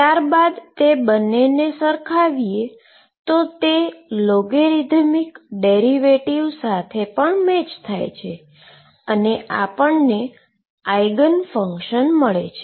ત્યારબાદ તેને સરખાવીએ તો તે બે લોગેરીધમીક ડેરીવેટીવ સાથે મેચ થાય છે અને આપણને આઈગન ફંક્શન મળે છે